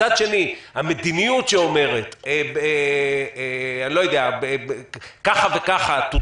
מצד שני המדיניות שאומרת כך וכך מותרת